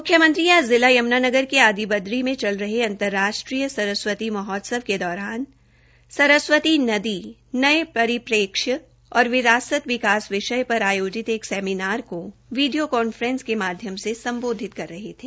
मुख्यमंत्री आज जिला यम्नानगर के आदिब्रदी में चल रहे अंतर्राष्ट्रीय सरस्वती महोत्सव के दौरान सरस्वती नदी नये परिप्रेक्ष्य और विरासत विकास विषय पर आयोजित एक सेमिनार को वीडियो कांफ्रेस के माध्यम से सम्बोधित कर रहे थे